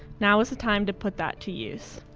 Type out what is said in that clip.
now is the time to put that to use.